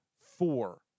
four